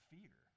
Fear